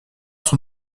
son